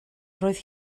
roedd